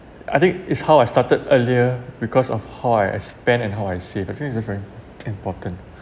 I think it's how I started earlier because of how I I spend and how I save I think it's very important